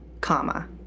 comma